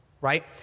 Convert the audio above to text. right